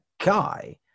guy